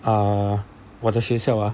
uh 我的学校啊